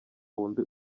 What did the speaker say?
wundi